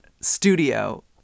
studio